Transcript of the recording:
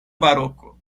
baroko